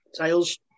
Tails